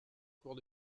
court